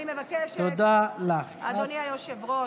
אני מבקשת, אדוני היושב-ראש,